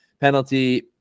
penalty